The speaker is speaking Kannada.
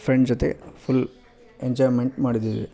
ಫ್ರೆಂಡ್ ಜೊತೆ ಫುಲ್ ಎಂಜಾಯ್ಮೆಂಟ್ ಮಾಡಿದೀವಿ